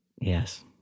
Yes